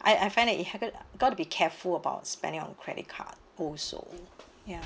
I I find it happen gotta be careful about spending on credit card also ya